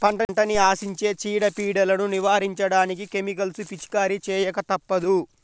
పంటని ఆశించే చీడ, పీడలను నివారించడానికి కెమికల్స్ పిచికారీ చేయక తప్పదు